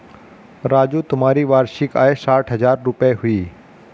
राजू तुम्हारी वार्षिक आय साठ हज़ार रूपय हुई